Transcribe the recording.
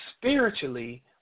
Spiritually